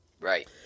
Right